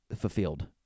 fulfilled